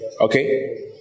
Okay